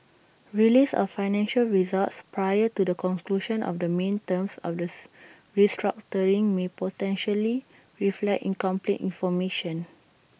release of financial results prior to the conclusion of the main terms August restructuring may potentially reflect incomplete information